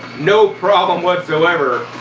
no problem whatsoever,